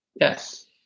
Yes